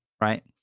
right